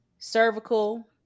Cervical